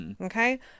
Okay